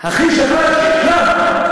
הכי שקרן שיש.